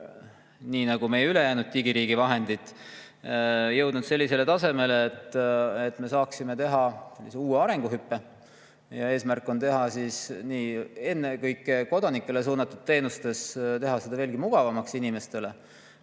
nii nagu meie ülejäänud digiriigi vahendid on jõudnud sellisele tasemele, et me saaksime teha uue arenguhüppe. Eesmärk on ennekõike kodanikele suunatud teenuseid teha veelgi mugavamaks inimestele.